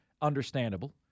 understandable